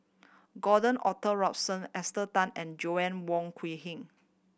Gordon Arthur Ransome Esther Tan and Joanna Wong Quee Heng